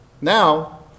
Now